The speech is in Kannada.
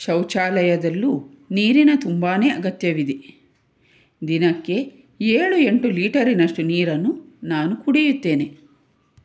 ಶೌಚಾಲಯದಲ್ಲೂ ನೀರಿನ ತುಂಬ ಅಗತ್ಯವಿದೆ ದಿನಕ್ಕೆ ಏಳು ಎಂಟು ಲೀಟರಿನಷ್ಟು ನೀರನ್ನು ನಾನು ಕುಡಿಯುತ್ತೇನೆ